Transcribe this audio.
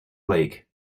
lake